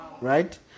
right